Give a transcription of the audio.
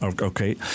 okay